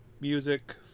music